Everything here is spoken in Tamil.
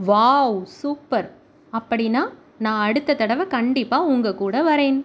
வாவ் சூப்பர் அப்படின்னா நான் அடுத்த தடவை கண்டிப்பாக உங்ககூடவே வரேன்